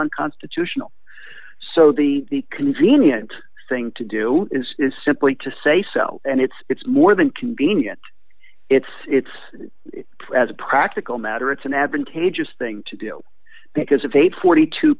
unconstitutional so the convenient thing to do is is simply to say so and it's it's more than convenient it's it's as a practical matter it's an advantageous thing to do because of a forty two